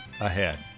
ahead